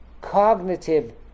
cognitive